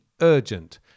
urgent